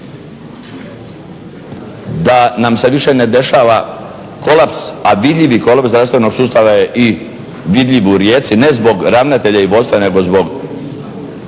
da nam se više ne dešava kolaps, a vidljivi kolaps zdravstvenog sustava je i vidljiv u Rijeci, ne zbog ravnatelja i vodstva nego zbog